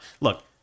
look